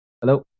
Hello